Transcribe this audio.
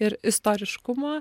ir istoriškumo